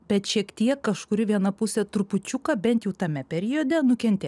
bet šiek tiek kažkuri viena pusė trupučiuką bent jų tame periode nukentės